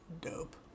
dope